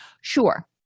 sure